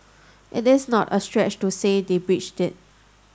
it is not a stretch to say they've breached it